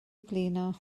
blino